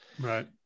Right